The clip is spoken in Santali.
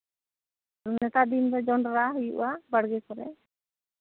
ᱱᱮᱛᱟᱨ ᱫᱤᱱ ᱫᱚ ᱡᱚᱱᱰᱨᱟ ᱦᱩᱭᱩᱜᱼᱟ ᱵᱟᱲᱜᱮ ᱠᱚᱨᱮᱫ